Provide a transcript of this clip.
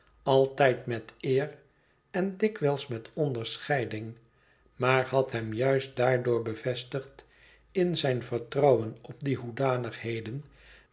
altijd met eer en dikwijls met onderscheiding maar had hem juist daardoor bevestigd in zijn vertrouwen op die hoedanigheden